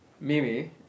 Mimi